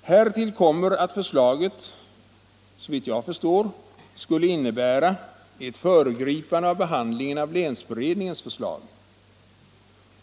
Härtill kommer att förslaget såvitt jag förstår skulle innebära ett föregripande av behandlingen av länsberedningens förslag.